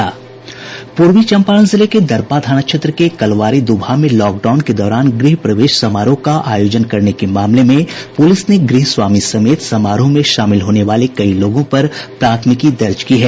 पूर्वी चंपारण जिले के दरपा थाना क्षेत्र के कलवारी द्रबहा में लॉकडाउन के दौरान गृह प्रवेश समारोह का आयोजन करने के मामले में पुलिस ने गृहस्वामी समेत समारोह में शामिल होने वाले कई लोगों पर प्राथमिकी दर्ज की है